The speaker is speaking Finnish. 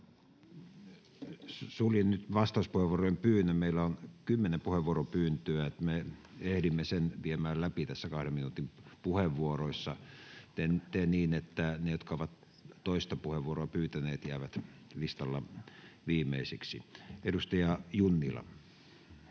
Suljin nyt vastauspuheenvuorojen pyynnön — meillä on kymmenen puheenvuoropyyntöä — niin että me ehdimme sen viemään läpi tässä kahden minuutin puheenvuoroissa. Teen niin, että ne, jotka ovat toista puheenvuoroa pyytäneet, jäävät listalla viimeisiksi. — Edustaja Junnila.